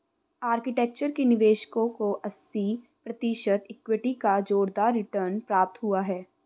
architecture के निवेशकों को अस्सी प्रतिशत इक्विटी का जोरदार रिटर्न प्राप्त हुआ है